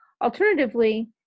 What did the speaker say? Alternatively